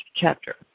chapter